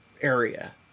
area